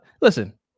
Listen